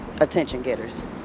Attention-getters